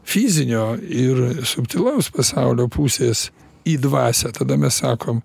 fizinio ir subtilaus pasaulio pusės į dvasią tada mes sakom